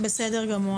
בסדר גמור.